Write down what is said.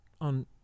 on